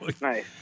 Nice